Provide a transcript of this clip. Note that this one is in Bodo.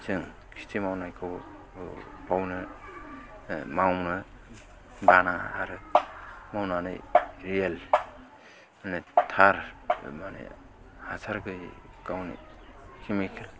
जों खेथि मावनायखौ मावनो बानाङा आरो मावनानै रियेल थार माने हासार गैयै गावनि केमिकेल